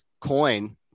coin